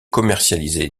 commercialisé